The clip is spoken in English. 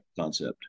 concept